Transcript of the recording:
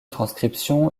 transcription